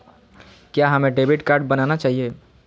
क्या हमें debit card बनाना चाहिए?